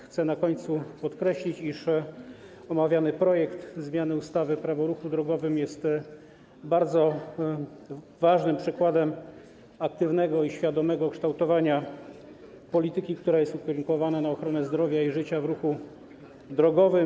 Chcę na końcu podkreślić, iż omawiany projekt zmiany ustawy - Prawo o ruchu drogowym jest bardzo ważnym przykładem aktywnego i świadomego kształtowania polityki, która jest ukierunkowana na ochronę zdrowia i życia w ruchu drogowym.